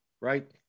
right